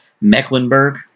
Mecklenburg